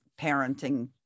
parenting